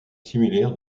similaire